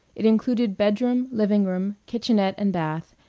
it included bedroom, living-room, kitchenette, and bath,